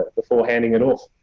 before handing it off.